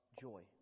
joy